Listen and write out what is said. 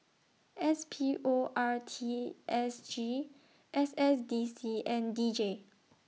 S P O R T S G S S D C and D J